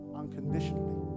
unconditionally